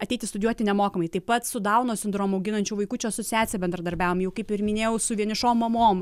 ateiti studijuoti nemokamai taip pat su dauno sindromu auginančių vaikučių asociacija bendradarbiaujam jau kaip ir minėjau su vienišom mamom